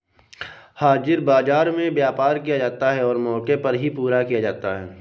हाजिर बाजार में व्यापार किया जाता है और मौके पर ही पूरा किया जाता है